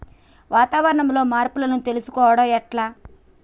వాతావరణంలో మార్పులను తెలుసుకోవడం ఎట్ల?